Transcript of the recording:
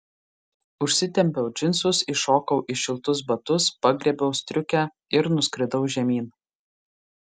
užsitempiau džinsus įšokau į šiltus batus pagriebiau striukę ir nuskridau žemyn